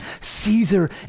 Caesar